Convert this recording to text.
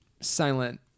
silent